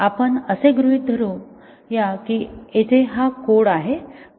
आपण असे गृहीत धरू या की येथे हा कोड आहे